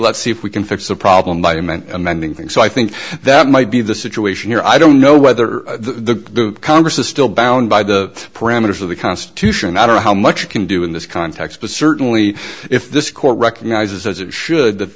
let's see if we can fix the problem by you meant amending things so i think that might be the situation here i don't know whether the congress is still bound by the parameters of the constitution i don't know how much you can do in this context but certainly if this court recognizes as it should that